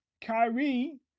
Kyrie